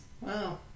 wow